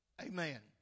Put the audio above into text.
Amen